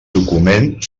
document